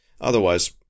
otherwise